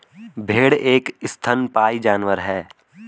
भेड़ एक स्तनपायी जानवर है